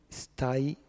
stai